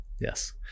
yes